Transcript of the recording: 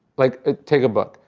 like ah take a book.